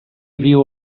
viu